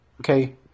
Okay